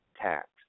tax